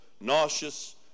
nauseous